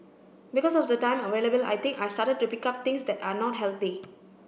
because of the time available I think I started to pick up things that are not healthy